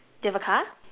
do you have a car